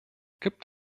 gibt